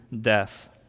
death